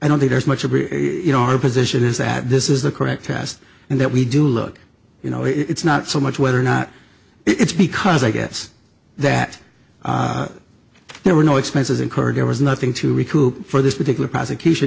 i don't think there's much of a you know our position is that this is the correct test and that we do look you know it's not so much whether or not it's because i guess that there were no expenses incurred there was nothing to recoup for this particular prosecution